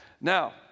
Now